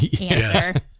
answer